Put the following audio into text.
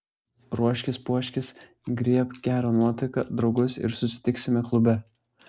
ruoškis puoškis griebk gerą nuotaiką draugus ir susitiksime klube